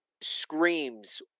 screams